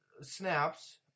snaps